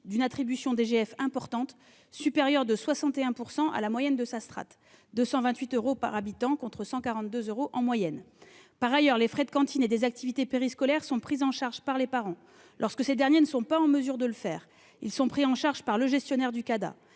d'une attribution importante, supérieure de 61 % à la moyenne de sa strate- 228 euros par habitant contre 142 euros en moyenne. Par ailleurs, les frais de cantine et des activités périscolaires sont acquittés par les parents, et lorsque ces derniers ne sont pas en mesure de s'en acquitter, ils sont pris en charge par le gestionnaire du Cada,